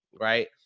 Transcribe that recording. right